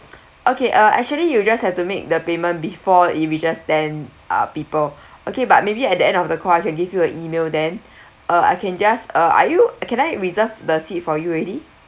okay uh actually you just have to make the payment before in we just ten uh people okay but maybe at the end of the call I can give you an email then uh I can just uh are you can I reserve the seat for you already